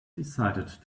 decided